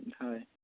হয়